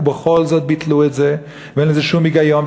ובכל זאת ביטלו את זה, ואין לזה שום היגיון.